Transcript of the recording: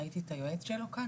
ראיתי את היועץ שלו כאן,